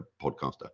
podcaster